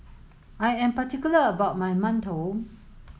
I am particular about my mantou